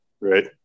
right